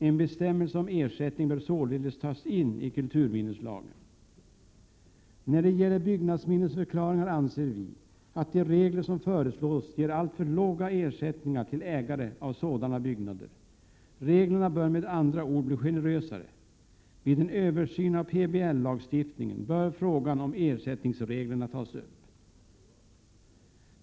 En bestämmelse om ersättning bör således tas in i kulturminneslagen. När det gäller byggnadsminnesförklaringar anser vi att de regler som föreslås ger alltför låga ersättningar till ägare av sådana byggnader. Reglerna bör med andra ord bli generösare. Vid en översyn av PBL bör frågan om ersättningsreglerna tas upp.